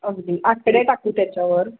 अगदी आकडे टाकू त्याच्यावर